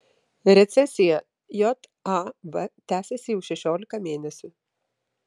recesija jav tęsiasi jau šešiolika mėnesių